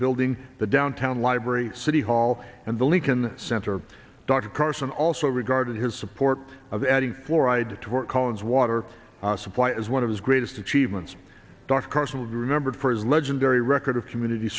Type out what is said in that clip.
building the downtown library city hall and the lincoln center dr carson also regarded his support of adding fluoride toward cullen's water supply is one of his greatest achievements dr carson will be remembered for his legendary record of community